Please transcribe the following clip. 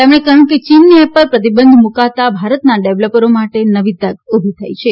તેમણે કહ્યું કે ચીનની એપ ઉપર પ્રતિબંધ મૂકાતા ભારતના ડેવલપરો માટે નવી તક ઉભી થઈ છે